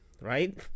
right